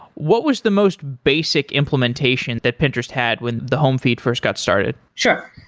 what was the most basic implementation that pinterest had when the home feed first got started? sure.